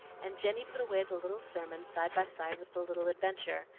and jenny put away the little sermon side by side with the little adventure,